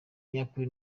nyakuri